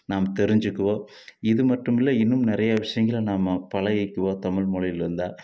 நாம் தெரிஞ்சுக்குவோம் இதுமட்டும் இல்லை இன்னும் நிறையா விஷயங்களை நாம்ம பழகிக்குவோம் தமிழ் மொழியில் இருந்தால்